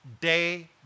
day